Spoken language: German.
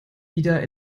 wieder